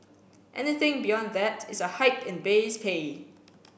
anything beyond that is a hike in base pay